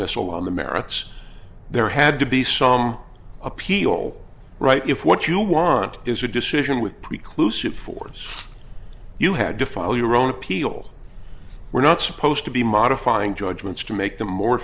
dismissal on the merits there had to be some appeal right if what you want is a decision with preclude soup for you had to file your own appeal we're not supposed to be modifying judgments to make the more